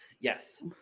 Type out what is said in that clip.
Yes